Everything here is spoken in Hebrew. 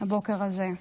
הבוקר הזה.